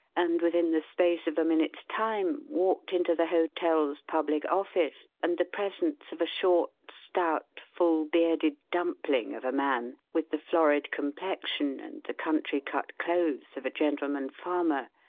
and within the space of a minute's time walked into the hotel's public office and the presence of a short, stout, full-bearded dumpling of a man with the florid complexion and the country-cut clothes of a gentleman farmer,